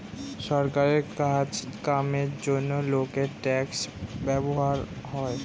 সরকারের কাজ কামের জন্যে লোকের ট্যাক্স ব্যবহার হয়